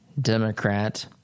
Democrat